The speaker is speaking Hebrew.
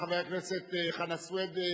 חבר הכנסת חנא סוייד,